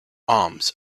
arms